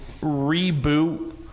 reboot